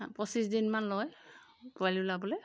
পঁচিছদিনমান লয় পোৱালি ওলাবলৈ